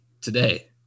today